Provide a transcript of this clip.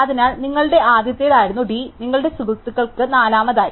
അതിനാൽ നിങ്ങളുടെ ആദ്യത്തേതായിരുന്ന D നിങ്ങളുടെ സുഹൃത്തുക്കളായി നാലാമതായി